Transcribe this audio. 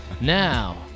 Now